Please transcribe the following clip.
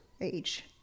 age